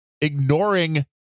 ignoring